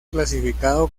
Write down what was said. clasificado